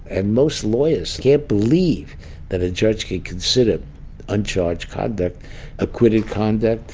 and most lawyers can't believe that a judge he considered uncharged, kordic acquitted, condemned.